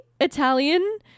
Italian